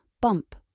bump